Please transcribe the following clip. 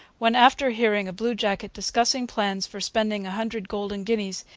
when, after hearing a bluejacket discussing plans for spending a hundred golden guineas,